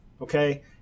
okay